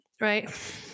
right